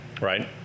right